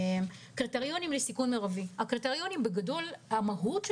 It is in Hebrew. קריטריונים לסיכון מרבי המהות של